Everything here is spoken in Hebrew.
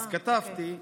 ואז כתבתי: